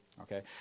Okay